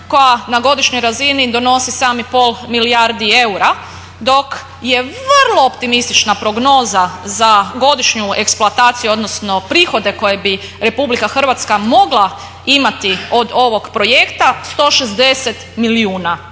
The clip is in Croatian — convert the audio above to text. koja na godišnjoj razini donosi 7,5 milijardi eura dok je vrlo optimistična prognoza za godišnju eksploataciju odnosno prihode koje bi RH mogla imati od ovog projekta 160 milijuna